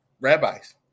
rabbis